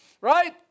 right